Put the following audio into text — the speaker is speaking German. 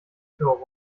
für